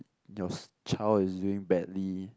yours child is doing badly